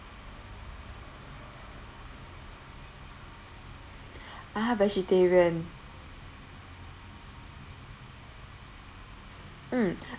ah vegetarian mm